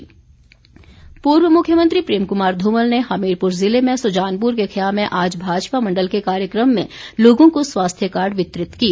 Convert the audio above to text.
धुमल पूर्व मुख्यमंत्री प्रेम कुमार ध्रमल ने हमीरपुर ज़िले में सुजानपुर के ख्याह में आज भाजपा मण्डल के कार्यक्रम में लोगों को स्वास्थ्य कार्ड वितरित किए